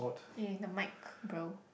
eh the mic bro